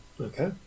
Okay